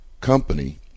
company